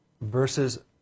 Versus